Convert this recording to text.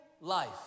life